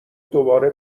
دوباره